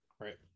Right